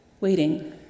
Waiting